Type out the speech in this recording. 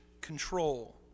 control